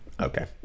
Okay